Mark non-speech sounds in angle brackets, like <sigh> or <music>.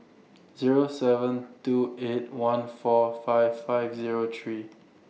<noise> Zero seven two eight one four five five Zero three